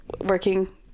working